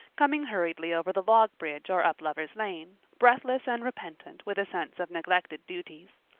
coming hurriedly over the log bridge or up lover's lane, breathless and repentant with a sense of neglected duties.